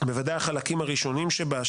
בוודאי החלקים הראשונים שבה,